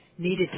needed